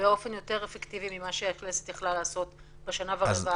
באופן יותר אפקטיבי ממה שהכנסת יכלה לעשות בשנה ורבע האחרונות,